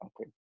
Okay